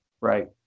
Right